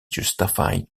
justified